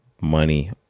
money